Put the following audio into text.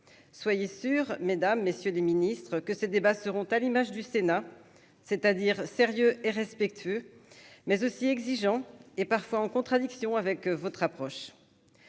soyez sûrs, mesdames, messieurs les ministres, que ce débat seront à l'image du Sénat c'est-à-dire sérieux et respectueux mais aussi exigeant et parfois en contradiction avec votre approche,